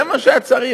זה מה שהיה צריך.